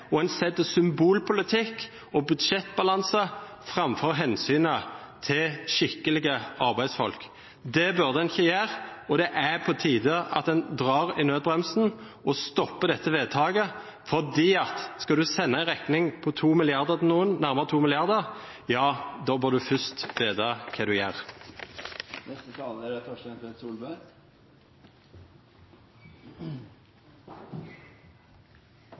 arbeidsplassene en har, og en setter symbolpolitikk og budsjettbalanse framfor hensynet til skikkelige arbeidsfolk. Det burde en ikke gjøre, og det er på tide å dra i nødbremsen og stoppe dette vedtaket – for skal en sende en regning på nærmere 2 mrd. kr til noen, bør en først vite hva en gjør.